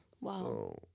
Wow